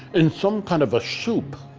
in some kind of a soup